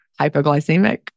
hypoglycemic